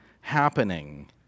happening